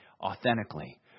authentically